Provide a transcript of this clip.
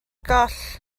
goll